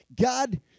God